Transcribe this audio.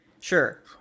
sure